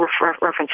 reference